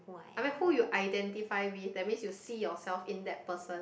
I mean who you idenfity with that means you see yourself in that person